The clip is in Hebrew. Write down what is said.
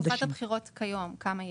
בתקופת הבחירות כיום כמה יש?